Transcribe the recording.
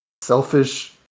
selfish